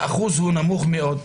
האחוז הוא נמוך מאוד.